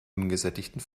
ungesättigten